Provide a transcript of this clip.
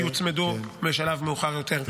שיוצמדו בשלב מאוחר יותר.